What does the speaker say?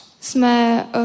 Jsme